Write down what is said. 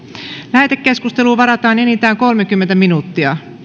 lähetekeskusteluun varataan enintään kolmekymmentä minuuttia